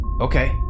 Okay